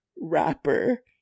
rapper